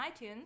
iTunes